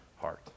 heart